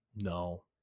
No